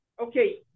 okay